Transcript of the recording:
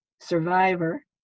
survivor